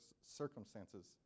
circumstances